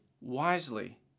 wisely